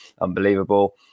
unbelievable